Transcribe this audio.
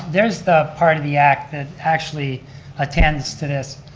there's the part of the act that actually attends to this.